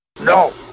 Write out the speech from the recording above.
No